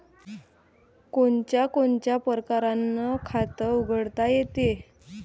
कोनच्या कोनच्या परकारं खात उघडता येते?